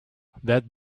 that